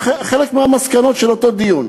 זה חלק מהמסקנות של אותו דיון.